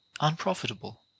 unprofitable